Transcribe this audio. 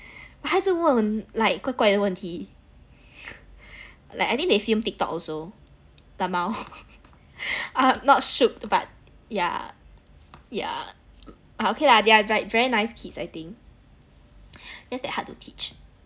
but 他一直问 like 很怪怪的问题 like I think they film TikTok also LMAO I'm not shoot but yeah yeah but okay lah they are like very nice kids I think just that hard to teach